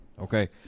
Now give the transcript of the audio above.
Okay